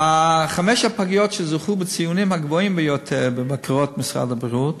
חמש הפגיות שזכו בציונים הגבוהים ביותר בבקרות משרד הבריאות